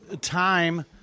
time